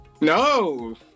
No